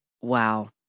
Wow